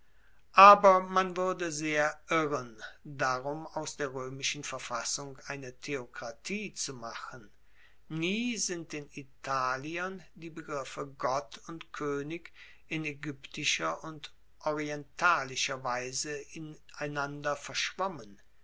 aber man wuerde sehr irren darum aus der roemischen verfassung eine theokratie zu machen nie sind den italienern die begriffe gott und koenig in aegyptischer und orientalischer weise ineinander verschwommen